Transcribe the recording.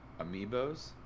amiibos